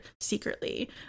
secretly